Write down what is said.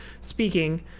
speaking